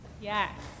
Yes